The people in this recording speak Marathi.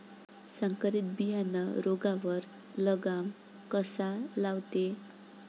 संकरीत बियानं रोगावर लगाम कसा लावते?